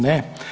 Ne.